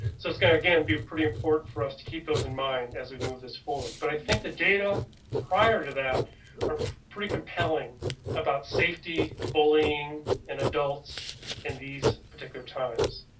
so its again. be pretty important for us to keep those in mind as we move this forward, but i think the data prior to that are pretty compelling about safety, bullying and adults and these particular times.